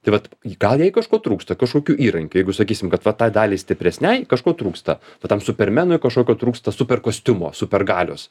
tai vat gal jai kažko trūksta kažkokių įrankių jeigu sakysim kad va tai daliai stipresnei kažko trūksta va tam supermenui kažkokio trūksta superkostiumo supergalios